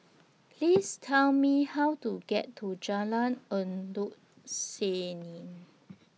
Please Tell Me How to get to Jalan Endut Senin